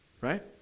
right